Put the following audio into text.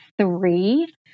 three